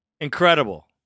Incredible